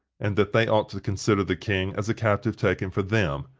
and that they ought to consider the king as a captive taken for them,